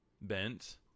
bent